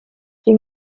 die